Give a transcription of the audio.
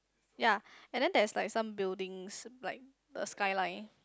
yea and then there is like some buildings like a sky line